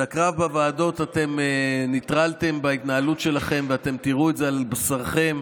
את הקרב בוועדות אתם נטרלתם בהתנהלות שלכם ואתם תראו את זה על בשרכם,